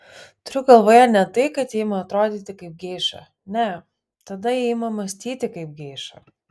turiu galvoje ne tai kad ji ima atrodyti kaip geiša ne tada ji ima mąstyti kaip geiša